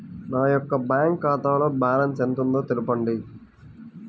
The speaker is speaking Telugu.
నా యొక్క బ్యాంక్ ఖాతాలో బ్యాలెన్స్ ఎంత ఉందో తెలపండి?